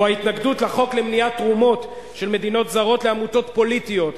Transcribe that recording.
או ההתנגדות לחוק למניעת תרומות של מדינות זרות לעמותות פוליטיות,